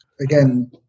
Again